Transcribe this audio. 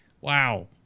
Wow